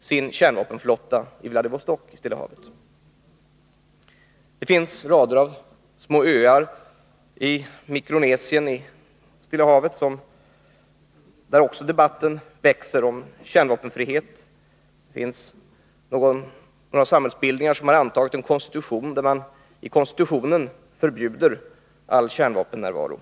sin kärnvapenflotta i Vladivostok vid Stilla havet. Det finns öar i Mikronesien i Stilla havet där debatten om kärnvapenfrihet också växer. Några samhällsbildningar har antagit en konstitution där man förbjuder all kärnvapennärvaro.